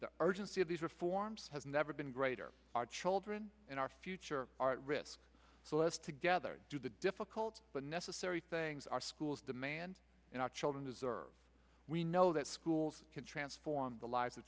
the urgency of these reforms has never been greater our children and our future are at risk so let's together do the difficult but necessary things our schools demand and our children deserve we know that schools can transform the lives of